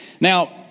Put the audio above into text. Now